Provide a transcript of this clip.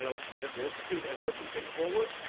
you know the invisible institute has put some things forward.